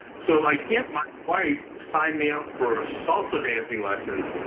so like if my wife signed me up for salsa dancing lessons,